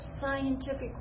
scientific